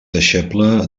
deixeble